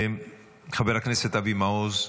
חבר הכנסת אבי מעוז,